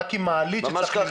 רק עם מעלית שצריך --- ממש כך,